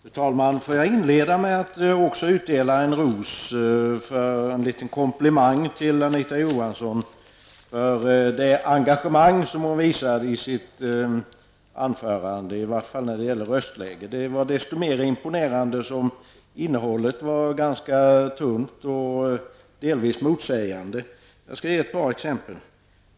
Fru talman! Får jag inleda med att också utdela en ros som en liten komplimang till Anita Johansson för det engagemang som hon visade i sitt anförande, i varje fall när det gäller röstläget. Det var desto mera imponerande som innehållet var tunt och delvis motsägande. Jag skall ge ett par exempel.